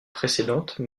précédente